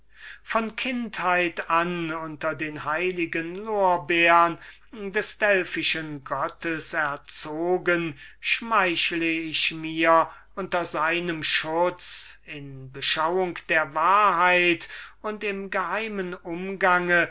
von kindheit an unter den heiligen lorbeern des delphischen gottes erzogen schmeichle ich mir unter seinem schutz in beschauung der wahrheit und im geheimen umgang